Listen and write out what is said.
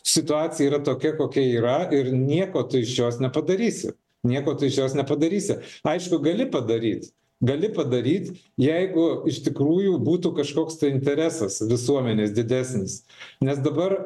situacija yra tokia kokia yra ir nieko tu iš jos nepadarysi nieko tu iš jos nepadarysi aišku gali padaryt gali padaryt jeigu iš tikrųjų būtų kažkoks tai interesas visuomenės didesnis nes dabar